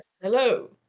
Hello